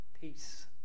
peace